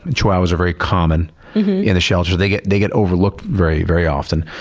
and chihuahuas are very common in the shelters. they get they get overlooked very very often.